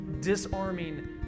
disarming